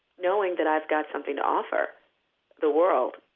knowing that i've got something to offer the world,